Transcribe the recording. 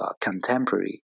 contemporary